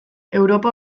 europa